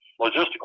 logistical